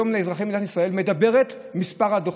מדברת היום לאזרחי מדינת ישראל על מספר הדוחות.